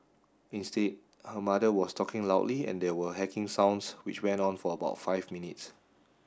instead her mother was talking loudly and there were hacking sounds which went on for about five minutes